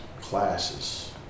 classes